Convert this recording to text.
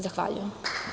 Zahvaljujem.